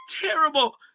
terrible